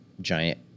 giant